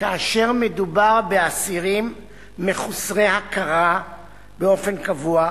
כאשר מדובר באסירים מחוסרי הכרה באופן קבוע,